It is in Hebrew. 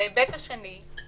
ההיבט השני הוא